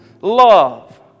Love